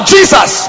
Jesus